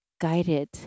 guided